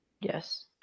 Yes